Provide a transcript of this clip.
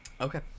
Okay